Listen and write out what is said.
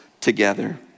together